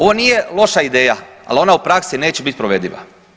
Ovo nije loša ideja, al ona u praksi neće bit provediva.